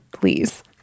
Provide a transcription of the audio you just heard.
please